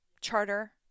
Charter